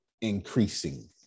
increasing